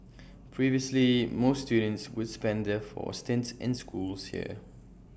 previously most students would spend their four stints in schools here